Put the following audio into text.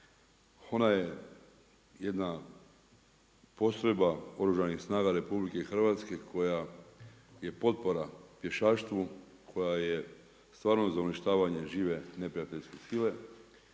Ona je jedna postrojba Oružanih snaga RH, koja je potpora pješaštvu, koja je stvarno za uništavanje žive neprijateljske sile.